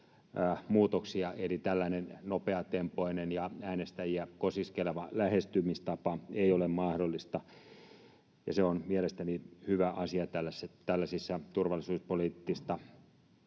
Eli tällainen nopeatempoinen ja äänestäjiä kosiskeleva lähestymistapa ei ole mahdollista, ja se on mielestäni hyvä asia tällaisissa turvallisuuspoliittista